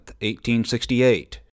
1868